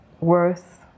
worth